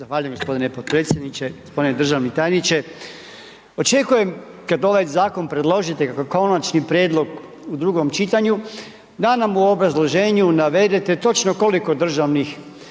Zahvaljujem gospodine potpredsjedniče, gospodine državni tajniče, očekujem kad ovaj zakon predložite kao konačni prijedlog u drugom čitanju da nam u obrazloženju navedete točno koliko državnih